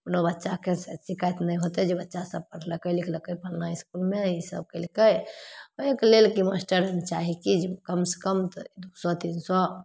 कोनो बच्चाके शिकाइत नहि होते जे बच्चासभ पढ़लकै लिखलकै फल्लाँ इसकुलमे ईसब केलकै ओहिके लेल कि मास्टर चाही कि जे कमसे कम तऽ दुइ सओ तीन सओ